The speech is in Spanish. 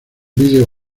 video